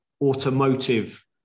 automotive